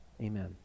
Amen